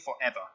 forever